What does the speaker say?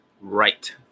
right